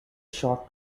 short